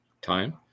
time